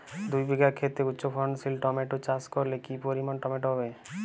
দুই বিঘা খেতে উচ্চফলনশীল টমেটো চাষ করলে কি পরিমাণ টমেটো হবে?